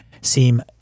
seem